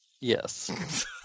Yes